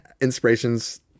Inspiration's